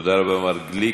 תודה רבה, מר גליק,